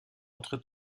entre